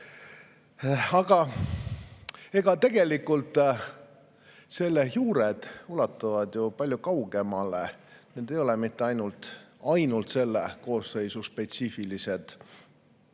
Tegelikult selle juured ulatuvad ju palju kaugemale. Need ei ole mitte ainult selle koosseisu spetsiifilised